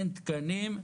אין תקנים.